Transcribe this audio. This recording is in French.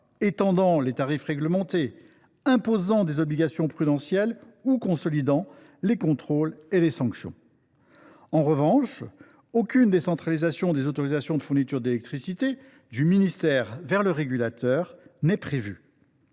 étendre les tarifs réglementés, à imposer des obligations prudentielles ou à consolider les contrôles et les sanctions. En revanche, aucune décentralisation des autorisations de fourniture d’électricité du ministère vers le régulateur n’est prévue.